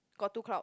got two cloud